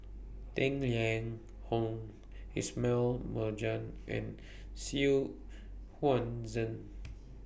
Tang Liang Hong Ismail Marjan and Xu Huan Zhen